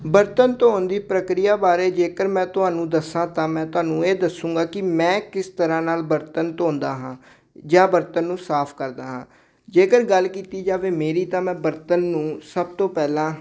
ਬਰਤਨ ਧੋਣ ਦੀ ਪ੍ਰਕਿਰਿਆ ਬਾਰੇ ਜੇਕਰ ਮੈਂ ਤੁਹਾਨੂੰ ਦੱਸਾਂ ਤਾਂ ਮੈਂ ਤੁਹਾਨੂੰ ਇਹ ਦੱਸਾਂਗਾ ਕਿ ਮੈਂ ਕਿਸ ਤਰ੍ਹਾਂ ਨਾਲ ਬਰਤਨ ਧੋਂਦਾ ਹਾਂ ਜਾਂ ਬਰਤਨ ਨੂੰ ਸਾਫ ਕਰਦਾ ਹਾਂ ਜੇਕਰ ਗੱਲ ਕੀਤੀ ਜਾਵੇ ਮੇਰੀ ਤਾਂ ਮੈਂ ਬਰਤਨ ਨੂੰ ਸਭ ਤੋਂ ਪਹਿਲਾਂ